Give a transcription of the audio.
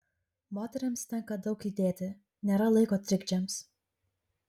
moterims tenka daug judėti nėra laiko trikdžiams